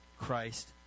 Christ